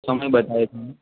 તમે બધાએ પણ